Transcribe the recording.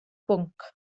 bwnc